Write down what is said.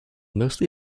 mostly